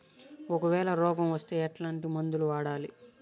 ఒకవేల రోగం వస్తే ఎట్లాంటి మందులు వాడాలి?